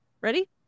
Ready